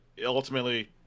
ultimately